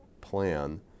plan